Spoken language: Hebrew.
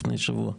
לפני שבוע.